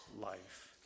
life